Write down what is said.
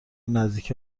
نزدیک